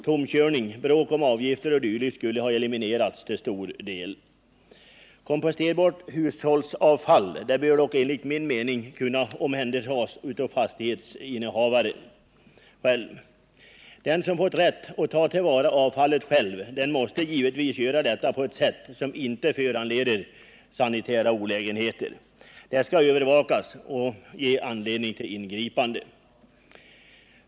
Tomkörning, bråk om avgifter o. d. skulle till stor del ha eliminerats. Komposterbart hushållsavfall bör enligt min mening kunna omhändertas av fastighetsinnehavaren själv. Den som får rätt att ta till vara avfallet själv måste givetvis göra det på ett sätt som inte föranleder sanitära olägenheter. Detta skall övervakas och kunna ge anledning till ingripande.